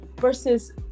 versus